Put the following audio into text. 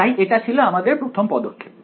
তাই এটা ছিল আমাদের প্রথম পদক্ষেপ